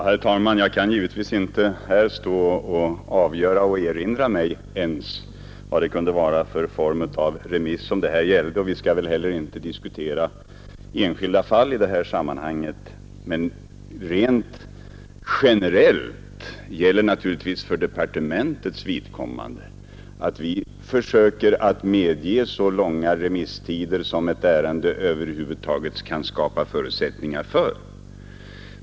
Herr talman! Jag kan givetvis inte ens erinra mig vad det kan vara för form av remiss det här gällde. Vi skall heller inte diskutera enskilda fall i det här sammanhanget. Rent generellt gäller naturligtvis för departementets vidkommande, att vi försöker medge så långa remisstider som ett ärende över huvud taget kan skapa förutsättningar för.